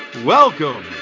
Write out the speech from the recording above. Welcome